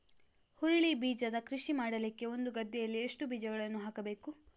ಹುರುಳಿ ಬೀಜದ ಕೃಷಿ ಮಾಡಲಿಕ್ಕೆ ಒಂದು ಗದ್ದೆಯಲ್ಲಿ ಎಷ್ಟು ಬೀಜಗಳನ್ನು ಹಾಕಬೇಕು?